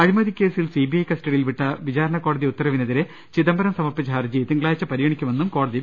അഴിമതിക്കേസിൽ സിബിഐ കസ്റ്റഡിയിൽ വിട്ട വിചാരണ കോടതി ഉത്തരവിനെതിരെ ചിദംബരം സമർപ്പിച്ച ഹർജി തിങ്കളാഴ്ച്ച പരിഗണിക്കുമെന്ന് കോടതി വൃക്തമാക്കി